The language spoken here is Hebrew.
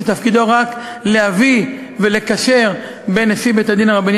שתפקידו רק להביא ולקשר בין נשיא בית-הדין הרבני